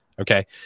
Okay